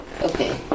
Okay